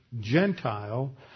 gentile